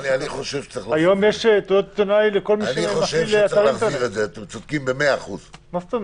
היום יש תעודת עיתונאי לכל מי שמפעיל אתר